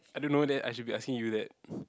I don't know that I should be asking you that